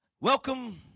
welcome